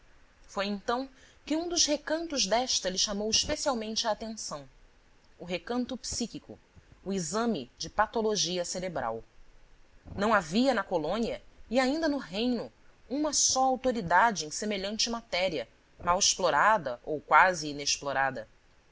foi então que um dos recantos desta lhe chamou especialmente a atenção o recanto psíquico o exame de patologia cerebral não havia na colônia e ainda no reino uma só autoridade em semelhante matéria mal explorada ou quase inexplorada